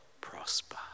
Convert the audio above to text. prosper